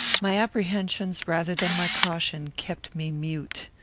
my apprehensions, rather than my caution, kept me mute.